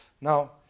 Now